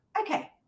Okay